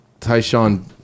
Tyshawn